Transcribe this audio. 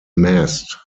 mast